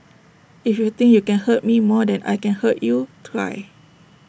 if you think you can hurt me more than I can hurt you try